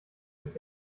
mit